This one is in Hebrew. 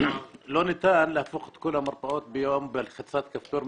לא ניתן להפוך את כל המרפאות ביום בלחיצת כפתור,